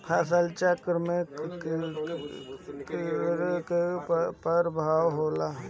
फसल चक्रण में कीटो का का परभाव होला?